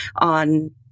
on